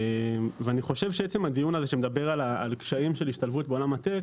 ואני חושב שעצם הדיון שמדבר על הקשיים של ההשתלבות בעולם הטק